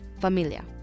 familia